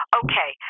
okay